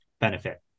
benefit